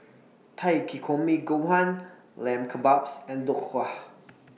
Takikomi Gohan Lamb Kebabs and Dhokla